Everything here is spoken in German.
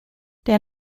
der